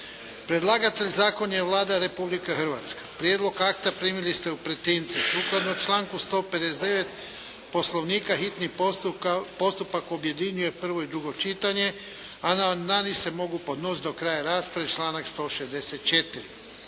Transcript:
Predlagatelj zakona je Vlada Republike Hrvatske. Prijedlog akta primili ste u pretince. Sukladno članku 159. poslovnika hitni postupak objedinjuje prvo i drugo čitanje. Amandmani se mogu podnositi do kraja rasprave, članak 164.